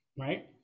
right